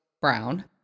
Brown